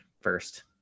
first